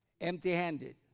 Empty-handed